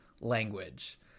language